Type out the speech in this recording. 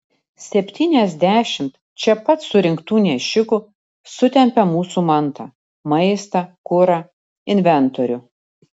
septyniasdešimt čia pat surinktų nešikų sutempia mūsų mantą maistą kurą inventorių